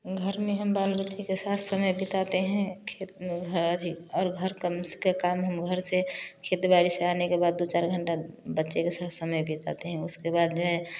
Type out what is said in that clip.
घर में हम बाल बच्चे के साथ समय बिताते हैं और घर कम से कम हम घर से खेती बाड़ी से आने के बाद दो चार घंटा बच्चों के साथ समय बिताते हैं उसके बाद में